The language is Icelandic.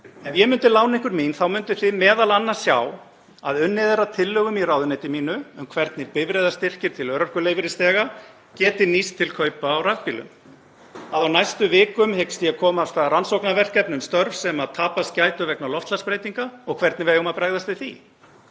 Ef ég myndi lána ykkur mín mynduð þið m.a. sjá að unnið er að tillögum í ráðuneyti mínu um hvernig bifreiðastyrkir til örorkulífeyrisþega geti nýst til kaupa á rafbílum, að á næstu vikum hyggst ég að koma af stað rannsóknarverkefni um störf sem tapast gætu vegna loftslagsbreytinga og hvernig við eigum að bregðast við því,